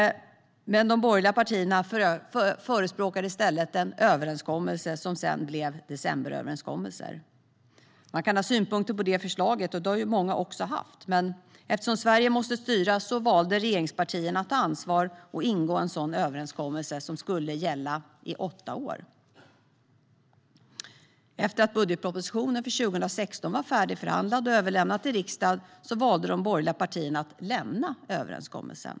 Men de borgerliga partierna förespråkade i stället den överenskommelse som sedan blev decemberöverenskommelsen. Man kan ha synpunkter på det, och det har många också haft, men eftersom Sverige måste styras valde regeringspartierna att ta ansvar och ingå en sådan överenskommelse som skulle gälla i åtta år. Efter att budgetpropositionen för 2016 var färdigförhandlad och överlämnad till riksdagen valde de borgerliga partierna att lämna överenskommelsen.